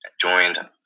joined